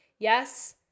Yes